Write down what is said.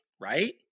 right